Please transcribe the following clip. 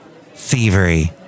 Thievery